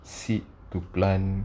seed to plant